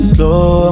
Slow